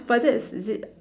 but that's is it